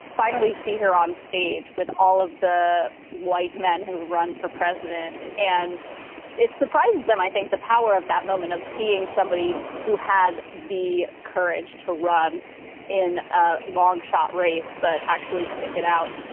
finally see her on stage with all of the white men who run for president. and it surprises them. i think the power of that moment of seeing somebody who had the courage to run in a long shot race but actually stick it out.